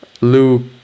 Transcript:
lou